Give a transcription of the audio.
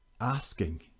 asking